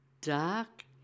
dark